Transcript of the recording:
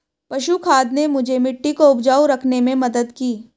पशु खाद ने मुझे मिट्टी को उपजाऊ रखने में मदद की